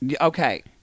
Okay